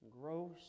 gross